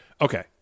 Okay